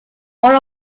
all